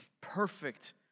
perfect